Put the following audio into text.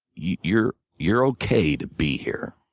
you're you're okay to be here.